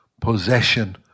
possession